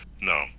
No